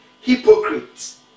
hypocrites